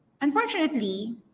unfortunately